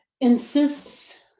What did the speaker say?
Insists